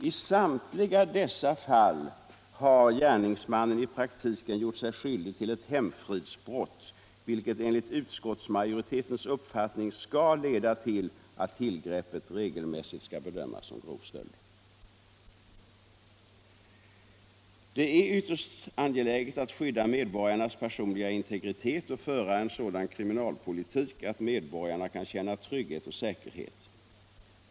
I samtliga dessa fall har gärningsmannen i praktiken gjort sig skyldig till ett hemfridsbrott, vilket enligt utskottsmajoritetens uppfattning skall leda till att tillgreppet regelmässigt skall bedömas som grov stöld. Det är ytterst angeläget att skydda medborgarnas personliga integritet och föra en sådan kriminalpolitik att medborgarna kan känna trygghet och säkerhet.